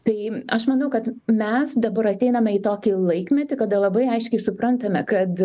tai aš manau kad mes dabar ateiname į tokį laikmetį kada labai aiškiai suprantame kad